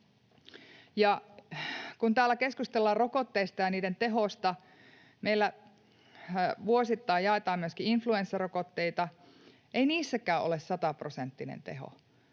Täällä keskustellaan rokotteista ja niiden tehosta, mutta meillä vuosittain jaetaan myöskin influenssarokotteita, eikä niissäkään ole sataprosenttinen teho.